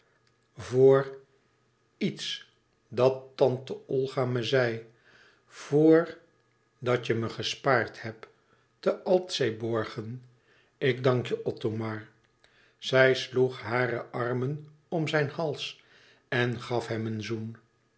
voor iets dat tante olga me zei voor dat je me gespaard hebt te altseeborgen ik dank je othomar zij sloeg haren arm om zijn hals en gaf hem een zoen